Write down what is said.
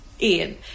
Ian